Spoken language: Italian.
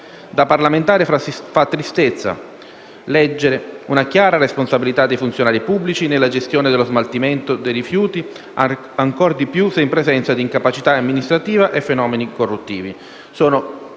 Da parlamentare fa tristezza leggere una chiara responsabilità dei funzionari pubblici nella gestione dello smaltimento di rifiuti, ancor di più se in presenza di incapacità amministrativa e fenomeni corruttivi. Sono